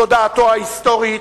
תודעתו ההיסטורית,